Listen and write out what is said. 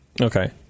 Okay